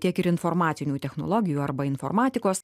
tiek ir informacinių technologijų arba informatikos